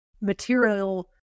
material